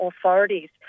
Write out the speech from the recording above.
authorities